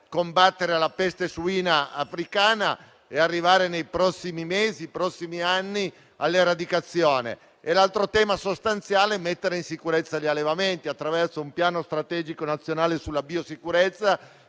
combattere la peste suina africana e arrivare nei prossimi mesi ed anni all'eradicazione. L'altro tema sostanziale è mettere in sicurezza gli allevamenti attraverso un piano strategico nazionale sulla biosicurezza,